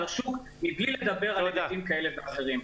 השוק מבלי לדבר על היבטים כאלה ואחרים.